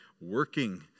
working